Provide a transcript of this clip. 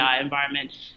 environment